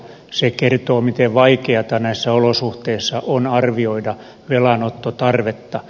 se kertoo miten vaikeata näissä olosuhteissa on arvioida velanottotarvetta